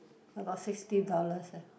about sixty dollars eh